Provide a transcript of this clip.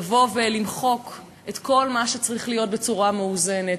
לבוא ולמחוק את כל מה שצריך להיות בצורה מאוזנת.